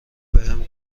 بهم